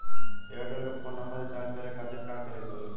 Airtel के phone number recharge करे के खातिर का करे के होई?